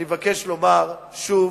אני מבקש לומר שוב: